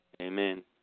Amen